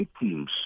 teams